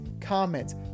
comments